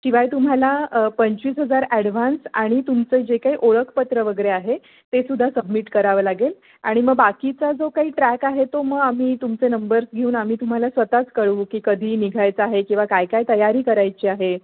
शिवाय तुम्हाला पंचवीस हजार ॲडव्हान्स आणि तुमचं जे काही ओळखपत्र वगैरे आहे तेसुद्धा सबमिट करावं लागेल आणि मग बाकीचा जो काही ट्रॅक आहे तो मग आम्ही तुमचे नंबर्स घेऊन आम्ही तुम्हाला स्वतःच कळवू की कधी निघायचं आहे किंवा काय काय तयारी करायची आहे